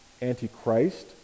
anti-Christ